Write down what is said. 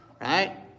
right